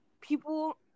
people